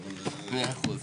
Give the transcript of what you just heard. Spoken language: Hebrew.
תודה.